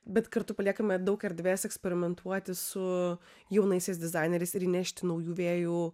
bet kartu paliekame daug erdvės eksperimentuoti su jaunaisiais dizaineriais ir įnešti naujų vėjų